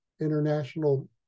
international